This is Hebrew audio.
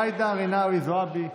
רינאוי זועבי.